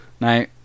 now